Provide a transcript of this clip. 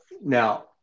Now